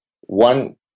one